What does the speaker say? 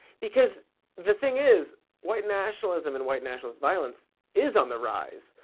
because the thing is, white nationalism and white nationalist violence is on the rise,